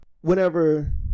whenever